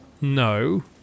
No